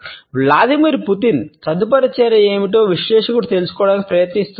Vladimir Putin తదుపరి చర్య ఏమిటో విశ్లేషకుడు తెలుసుకోవడానికి ప్రయత్నిస్తున్నాడు